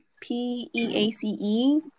p-e-a-c-e